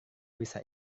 bisa